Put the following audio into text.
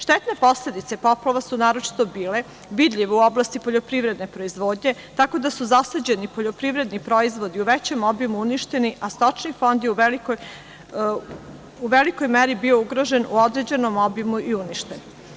Štetne posledice poplava su naročito bile vidljive u oblasti poljoprivredne proizvodnje, tako da su zasađeni poljoprivredni proizvodi u većem obimu uništeni, a stočni fond je u velikoj meri bio ugrožen, u određenom obimu i uništen.